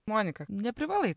monika neprivalai